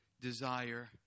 desire